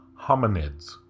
hominids